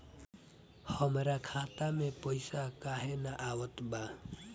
हमरा खाता में पइसा काहे ना आवत बा?